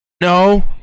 No